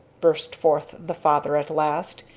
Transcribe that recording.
burst forth the father at last,